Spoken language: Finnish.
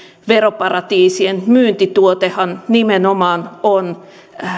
veroparatiisien myyntituotehan nimenomaan on